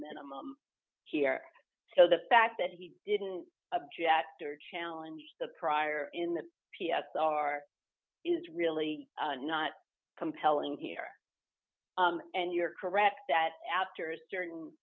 minimum here so the fact that he didn't object or challenge the prior in the p s r is really not compelling here and you are correct that after a certain